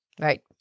Right